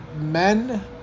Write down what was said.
men